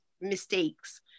mistakes